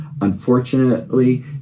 Unfortunately